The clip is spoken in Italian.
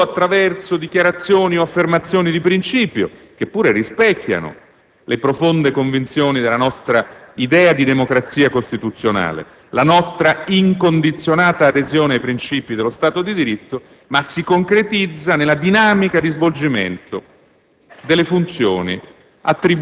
invalicabile solo attraverso dichiarazioni o affermazioni di principio, che pure rispecchiano le profonde convinzioni della nostra idea di democrazia costituzionale, la nostra incondizionata adesione ai principi dello Stato di diritto, ma si concretizza nella dinamica di svolgimento